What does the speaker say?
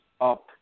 up